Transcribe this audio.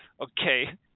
Okay